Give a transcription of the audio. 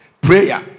Prayer